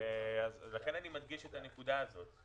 לכן אני מדגיש את הנקודה הזאת.